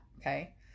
Okay